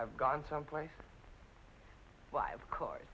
i've gone someplace five cars